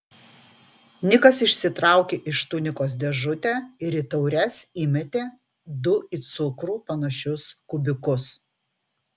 nikas išsitraukė iš tunikos dėžutę ir į taures įmetė du į cukrų panašius kubiukus